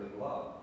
love